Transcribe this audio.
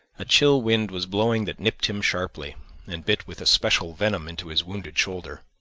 a chill wind was blowing that nipped him sharply and bit with especial venom into his wounded shoulder.